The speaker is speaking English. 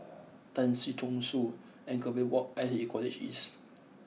Tan Si Chong Su Anchorvale Walk and I T E College East